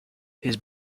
his